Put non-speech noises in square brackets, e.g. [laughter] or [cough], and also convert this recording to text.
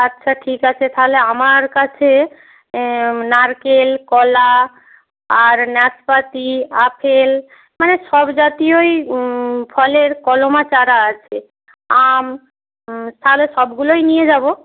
আচ্ছা ঠিক আছে তাহলে আমার কাছে [unintelligible] নারকেল কলা আর নাশপাতি আপেল মানে সবজাতীয়ই ফলের কলম আর চারা আছে আম তাহলে সবগুলোই নিয়ে যাব